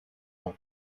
nom